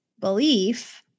belief